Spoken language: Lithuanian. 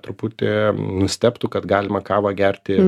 truputį nustebtų kad galima kavą gerti